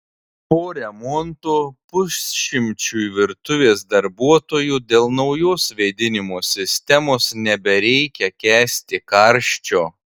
po remonto pusšimčiui virtuvės darbuotojų dėl naujos vėdinimo sistemos nebereikia kęsti karščio